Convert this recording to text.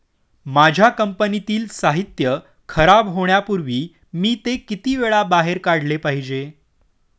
माझ्या कंपनीतील साहित्य खराब होण्यापूर्वी मी ते किती वेळा बाहेर काढले पाहिजे?